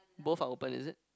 both are open is it